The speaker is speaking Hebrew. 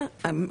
איתי.